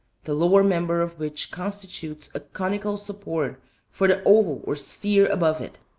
the lower member of which constitutes a conical support for the oval or sphere above it.